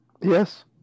Yes